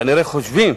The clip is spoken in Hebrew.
כנראה חושבים